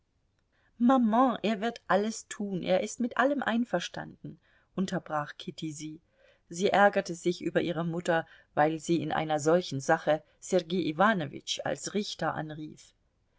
maman er wird alles tun er ist mit allem einverstanden unterbrach kitty sie sie ärgerte sich über ihre mutter weil sie in einer solchen sache sergei iwanowitsch als richter anrief